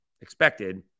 expected